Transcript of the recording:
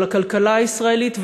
של הכלכלה הישראלית,